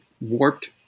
warped